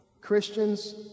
Christians